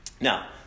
Now